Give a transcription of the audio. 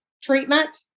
treatment